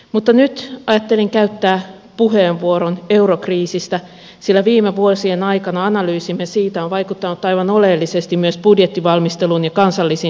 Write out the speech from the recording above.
mutta nyt ajattelin käyttää puheenvuoron eurokriisistä sillä viime vuosien aikana analyysimme siitä on vaikuttanut aivan oleellisesti myös budjettivalmisteluun ja kansallisiin talouslinjauksiin